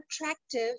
attractive